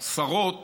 השרות